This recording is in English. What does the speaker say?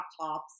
laptops